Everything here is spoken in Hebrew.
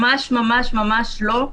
ממש ממש ממש לא.